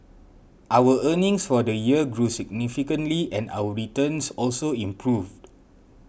our earnings for the year grew significantly and our returns also improved